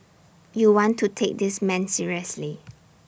you want to take this man seriously